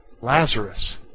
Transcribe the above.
Lazarus